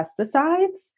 pesticides